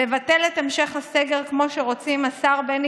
לבטל את המשך הסגר כמו שרוצים השר בני